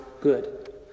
good